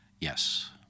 Yes